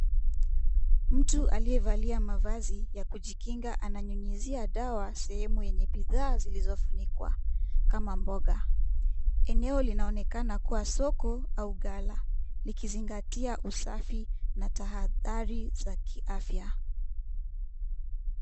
Mtu aliyevalia mavazi ya kujikinga ananyunyuzia dawa sehemu yenye bidhaa zilizofunikwa kama mboga. Eneo linaonekana kuwa soko au ghala likizingatia usafi na tahadhari za kiafya.